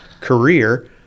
career